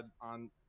on